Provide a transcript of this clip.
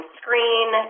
screen